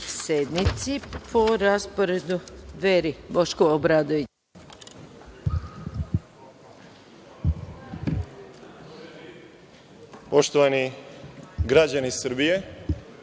sednici. Po rasporedu Dveri, Boško Obradović.